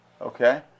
Okay